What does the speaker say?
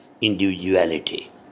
individuality